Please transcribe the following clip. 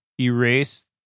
erase